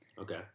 Okay